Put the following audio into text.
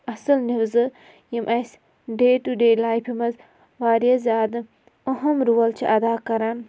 اَصٕل نِوزٕ یِم اَسہِ ڈے ٹُہ ڈے لایفہِ منٛز واریاہ زیادٕ اَہم رول چھِ اَدا کَران